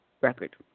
record